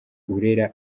urera